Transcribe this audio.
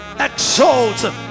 exalted